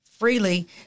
freely